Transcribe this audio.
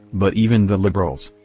but even the liberals.